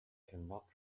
cannot